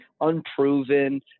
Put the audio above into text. unproven